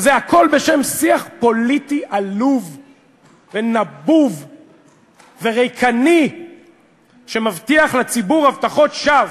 וזה הכול בשם שיח פוליטי עלוב ונבוב וריקני שמבטיח לציבור הבטחות שווא,